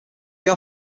they